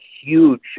huge